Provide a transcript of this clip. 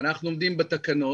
אנחנו עומדים בתקנות,